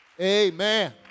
Amen